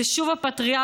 זו שוב הפטריארכיה,